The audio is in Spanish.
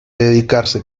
dedicarse